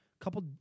couple